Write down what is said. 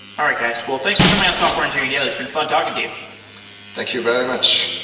all right, guys. well, thanks for coming on software engineering daily. it's been fun talking to you thank you very much.